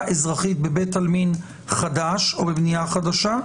אזרחית בבית עלמין חדש או בבנייה חדשה,